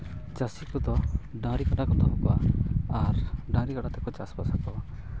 ᱪᱟᱹᱥᱤ ᱠᱚᱫᱚ ᱰᱟᱹᱝᱨᱤ ᱠᱟᱰᱟ ᱛᱮᱠᱚ ᱪᱟᱥᱵᱟᱥᱚᱜᱼᱟ